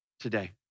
today